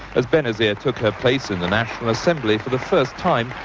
as benazir took her place in the national assembly for the first time,